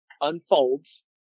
unfolds